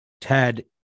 Ted